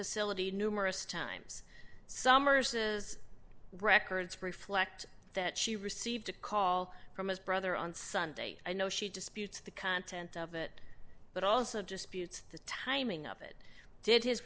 facility numerous times summers's records reflect that she received a call from his brother on sunday i know she disputes the content of it but also disputes the timing of it did his